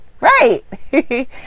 Right